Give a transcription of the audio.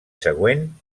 següent